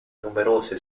numerose